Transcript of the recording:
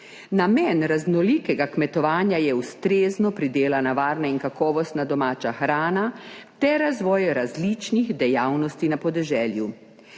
Namen raznolikega kmetovanja je ustrezno pridelana, varna in kakovostna domača hrana ter razvoj različnih dejavnosti na podeželju.